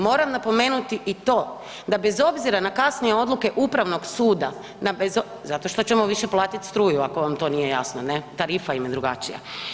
Moram napomenuti i to da bez obzira na kasnije odluke Upravnog suda, zato što ćemo više platiti struju, ako vam to nije jasno, ne, tarifa im je drugačija.